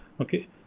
Okay